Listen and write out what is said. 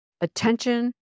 Attention